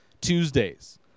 Tuesdays